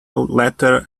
letter